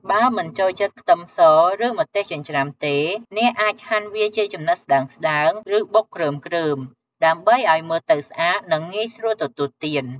បើមិនចូលចិត្តខ្ទឹមស ឬម្ទេសចិញ្ច្រាំទេ អ្នកអាចហាន់វាជាចំណិតស្តើងៗ ឬបុកគ្រើមៗ ដើម្បីឲ្យមើលទៅស្អាត និងងាយស្រួលទទួលទាន។